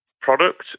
product